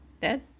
Dead